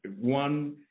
one